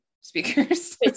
speakers